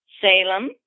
Salem